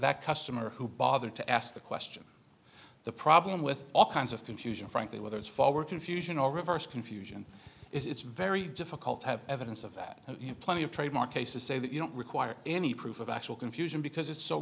that customer who bothered to ask the question the problem with all kinds of confusion frankly whether it's forward confusion or reverse confusion it's very difficult to have evidence of that plenty of trademark cases say that you don't require any proof of actual confusion because it's so